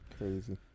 Crazy